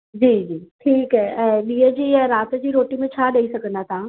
जी जी ठीकु आहे ऐं ॾींहं जी ऐं राति जी रोटी में छा ॾेई सघंदा तव्हां